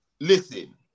listen